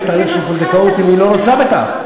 לתהליך של פונדקאות אם היא לא רוצה בכך.